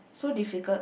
so difficult